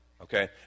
okay